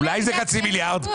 אולי זה חצי מיליארד?